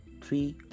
three